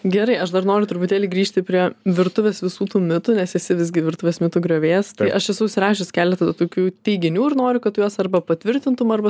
gerai aš dar noriu truputėlį grįžti prie virtuvės visų tų mitų nes esi visgi virtuvės mitų griovėjas tai aš esu užsirašius keleta tokių teiginių ir noriu kad tu juos arba patvirtintum arba